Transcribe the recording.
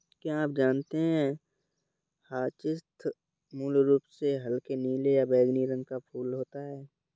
क्या आप जानते है ह्यचीन्थ मूल रूप से हल्के नीले या बैंगनी रंग का फूल होता है